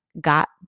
got